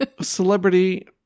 celebrity